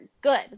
good